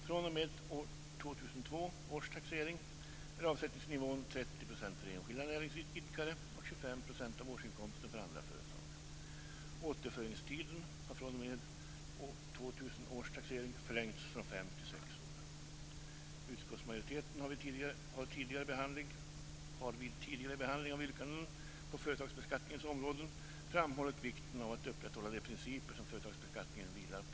fr.o.m. 2002 års taxering är avsättningsnivån 30 % för enskilda näringsidkare och 25 % av årsinkomsten för andra företag. Återföringstiden har fr.o.m. 2000 års taxering förlängts från fem till sex år. Utskottsmajoriteten har vid tidigare behandling av yrkanden på företagsbeskattningens områden framhållit vikten av att upprätthålla de principer som företagsbeskattningen vilar på.